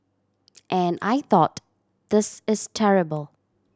and I thought This is terrible